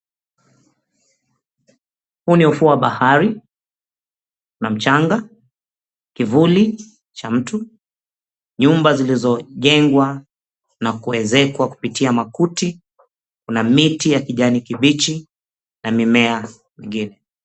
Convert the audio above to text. Huu ni ufuo wa bahari, na mchanga, kivuli cha mtu. Nyumba zilizojengwa na kuezekwa kupitia makuti. Kuna miti ya kijani kibichi na mimea mingine.